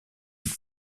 une